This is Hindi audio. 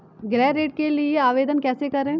गृह ऋण के लिए आवेदन कैसे करें?